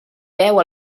beu